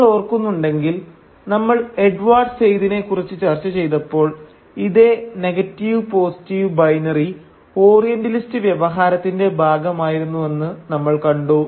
നിങ്ങൾ ഓർക്കുന്നുണ്ടെങ്കിൽ നമ്മൾ എഡ്വാർഡ് സെയ്ദിനെ കുറിച്ച് ചർച്ച ചെയ്തപ്പോൾ ഇതേ നെഗറ്റീവ് പോസിറ്റീവ് ബൈനറി ഓറിയന്റലിസ്റ്റ് വ്യവഹാരത്തിന്റെ ഭാഗമായിരുന്നുവെന്ന് നമ്മൾ കണ്ടു